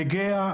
גהה,